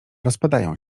rozpadają